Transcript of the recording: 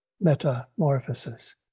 metamorphosis